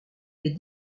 est